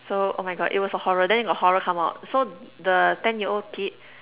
so oh my God it was a horror then got horror come out so the ten year old kid